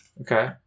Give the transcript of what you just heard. Okay